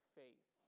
faith